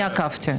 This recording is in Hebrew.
אני עקבתי.